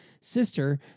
sister